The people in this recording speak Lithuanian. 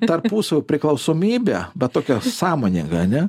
tarpusavio priklausomybė bet tokia sąmoninga ane